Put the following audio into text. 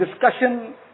discussion